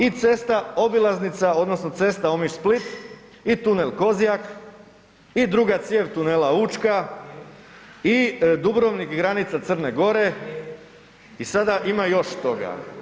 I cesta obilaznica odnosno Omiš-Split i tunel Kozjak i druga cijev tunela Učka i Dubrovnik, granica C. Gore i sada ima još toga.